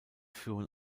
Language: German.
führen